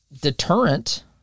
deterrent